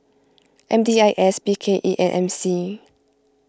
M D I S B K E and M C